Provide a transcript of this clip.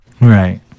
right